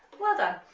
whether